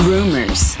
Rumors